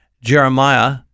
Jeremiah